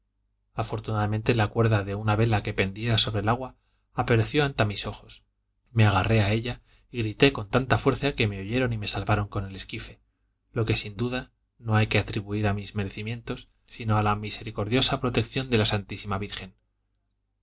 afortunadamente la cuerda de una vela que pendía sobre el agua apareció ante mis ojos me agarré a ella y grité con tanta fuerza que me oyeron y me salvaron con el esquife lo que sin duda no hay que atribuir a mis merecimientos sino a la misericordiosa protección de la santísima virgen